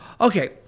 Okay